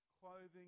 clothing